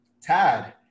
Tad